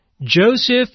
Joseph